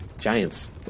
Giants